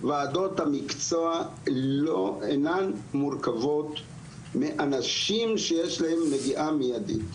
וועדות המקצוע אינן מורכבות מאנשים שיש להם נגיעה מיידית.